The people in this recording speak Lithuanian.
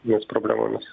jos problemomis